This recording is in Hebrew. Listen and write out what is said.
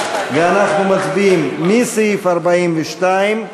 ואנחנו מצביעים מסעיף 42,